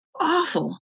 awful